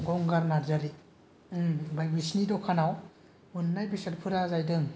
गंगार नार्जारि ओमफाय बिसिनि दखानाव मोननाय बेसादफोरा जाहैदों